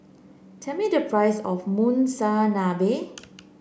tell me the price of Monsunabe